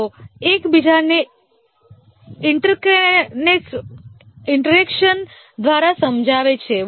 તેઓ એકબીજાને ઈન્ટરેકશન દ્વારા સમજાવે છે